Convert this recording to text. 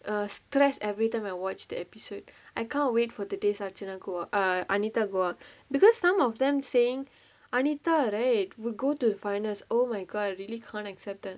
the stress every time I watch that episode I can't wait for the day archana go out err anita go out ah because some of them saying anita right will go to the finals oh my god I really can't accept that